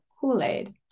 Kool-Aid